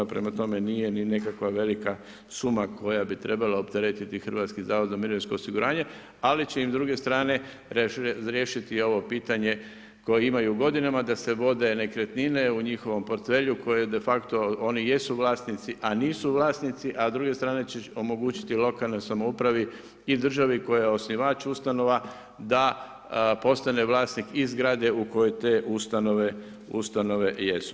Prema tome, nije ni nekakva velika suma koja bi trebala opteretiti Hrvatski zavod za mirovinsko osiguranje, ali će im s druge strane razriješiti i ovo pitanje koje imaju godinama da se vode nekretnine u njihovom portfelju koje de facto, oni jesu vlasnici, a nisu vlasnici, a s druge strane će omogućiti lokalnoj samoupravi i državi koja je osnivač ustanova da postane vlasnik i zgrade u kojoj te ustanove jesu.